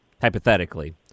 Hypothetically